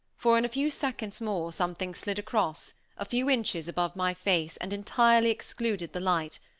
for in a few seconds more something slid across, a few inches above my face, and entirely excluded the light,